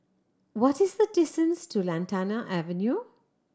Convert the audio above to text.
what is the distance to Lantana Avenue